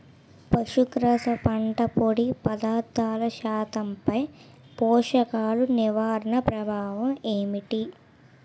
పశుగ్రాస పంట పొడి పదార్థాల శాతంపై పోషకాలు నిర్వహణ ప్రభావం ఏమిటి?